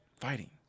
fighting